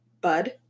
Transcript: Bud